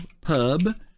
pub